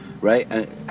right